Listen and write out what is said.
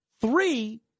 Three